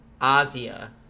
Asia